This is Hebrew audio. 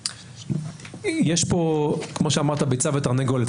יש פה כמו שאמרת, ביצה ותרנגולת.